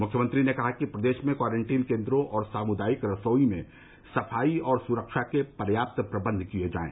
मुख्यमंत्री ने कहा कि प्रदेश में क्वारंटीन केन्द्रों और सामुदायिक रसोई में सफाई और सुरक्षा के पर्याप्त प्रबन्ध किये जायें